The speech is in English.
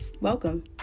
Welcome